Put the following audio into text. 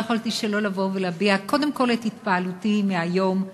לא יכולתי שלא לבוא ולהביע קודם כול את התפעלותי מהיום,